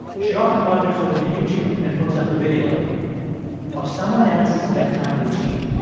she often wanders over to youtube and pulls up a video of someone else's bedtime routine.